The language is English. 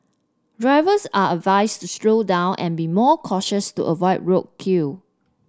drivers are advised to slow down and be more cautious to avoid roadkill